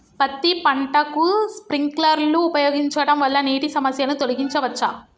పత్తి పంటకు స్ప్రింక్లర్లు ఉపయోగించడం వల్ల నీటి సమస్యను తొలగించవచ్చా?